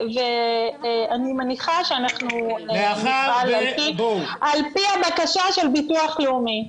אני מניחה שאנחנו נפעל על פי הבקשה של ביטוח לאומי.